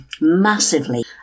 massively